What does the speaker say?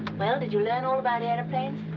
well, did you learn all about airplanes?